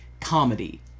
comedy